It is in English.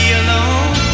alone